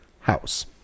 house